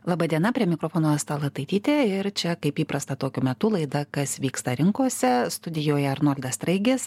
laba diena prie mikrofono asta lataitytė ir čia kaip įprasta tokiu metu laida kas vyksta rinkose studijoje arnoldas straigis